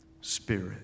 spirit